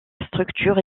structure